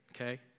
Okay